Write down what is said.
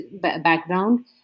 background